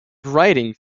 writing